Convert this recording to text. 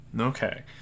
Okay